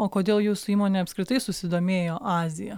o kodėl jūsų įmonė apskritai susidomėjo azija